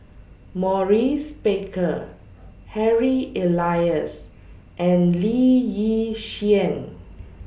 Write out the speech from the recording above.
Maurice Baker Harry Elias and Lee Yi Shyan